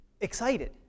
excited